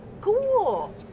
Cool